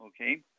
Okay